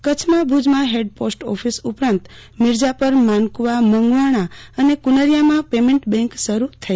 કચ્છમાં ભુજમાં ફેડ પોસ્ટ ઓફીસ ઉપરાંત મીરજાપર માનકુવા મંગવાણા અને કુનરિયામાં પેમેન્ટ બેન્ક શરૂ થશે